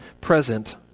present